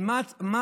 אבל מה הציון?